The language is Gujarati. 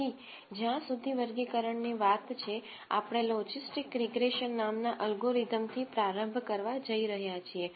તેથી જ્યાં સુધી વર્ગીકરણની વાત છે આપણે લોજીસ્ટીક રીગ્રેસન નામના એલ્ગોરિધમથી પ્રારંભ કરવા જઈ રહ્યા છીએ